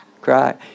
cry